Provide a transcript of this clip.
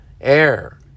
air